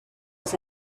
was